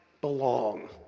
belong